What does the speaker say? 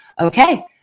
okay